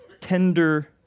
tender